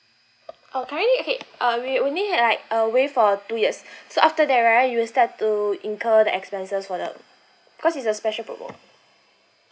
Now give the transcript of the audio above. uh currently okay uh we only had like uh waived for two years so after that right you still have to incur the expenses for the cause it's a special promo